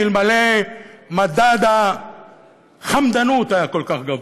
אלמלא מדד החמדנות היה כל כך גבוה,